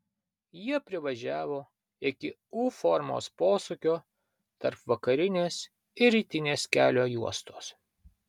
jie privažiavo iki u formos posūkio tarp vakarinės ir rytinės kelio juostos